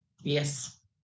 Yes